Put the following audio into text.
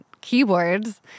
keyboards